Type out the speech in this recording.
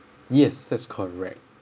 yes that's correct